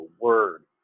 word